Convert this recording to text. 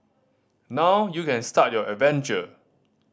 now you can start your adventure